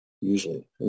usually